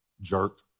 Jerk